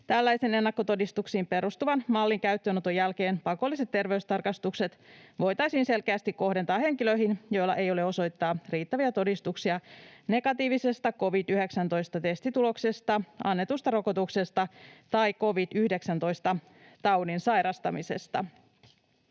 Tällaisen ennakkotodistuksiin perustuvan mallin käyttöönoton jälkeen pakolliset terveystarkastukset voitaisiin selkeästi kohdentaa henkilöihin, joilla ei ole osoittaa riittäviä todistuksia negatiivisesta covid-19-testituloksesta, annetusta rokotuksesta tai covid-19-taudin sairastamisesta.”